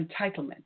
entitlement